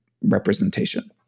representation